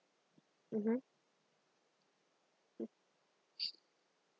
mmhmm mm